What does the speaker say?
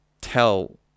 tell